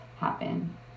happen